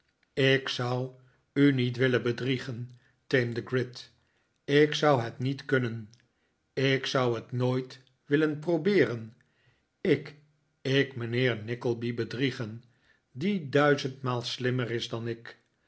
ik zou u niet willen bedriegen teemde gride ik zou het niet kunnen ik zou het nooit willen probeeren ik ik mijnheer nickleby bedriegen die duizendmaal slimmer is dan ik